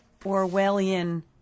Orwellian